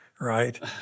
right